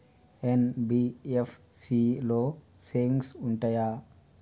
NBFC లో savings ఉంటయా?